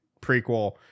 prequel